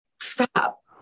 stop